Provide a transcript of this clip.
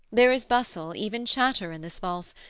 there is bustle, even chatter, in this valse,